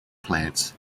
plants